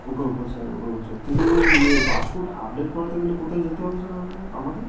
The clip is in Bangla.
ও কে okay sir okay okay sir কিন্তু এ পাসপোর্ট আপডেট করাতে গেলে কোথায় যেতে হবে স্যার আমনাকে আমাকে